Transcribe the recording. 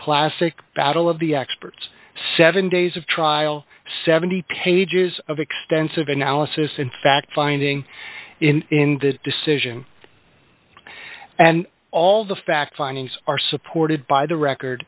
classic battle of the experts seven days of trial seventy pages of extensive analysis and fact finding in that decision and all the fact findings are supported by the record